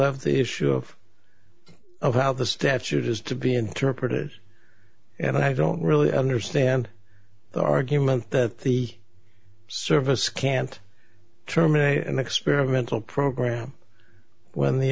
have the issue of of how the statute is to be interpreted and i don't really understand the argument that the service can't terminate an experimental program when the